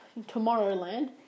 Tomorrowland